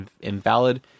invalid